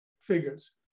figures